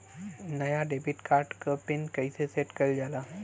नया debit card क pin कईसे सेट कईल जाला?